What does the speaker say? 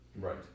Right